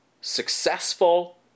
successful